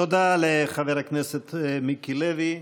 תודה לחבר הכנסת מיקי לוי.